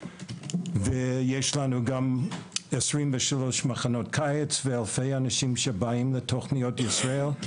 יש לנו גם 23 מחנות קיץ ואלפי אנשים שבאים לתוכניות בישראל.